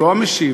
אלקין.